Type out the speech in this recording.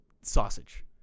sausage